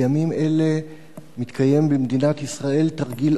בימים אלה מתקיים במדינת ישראל תרגיל